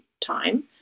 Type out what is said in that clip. time